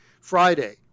Friday